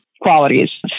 qualities